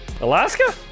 Alaska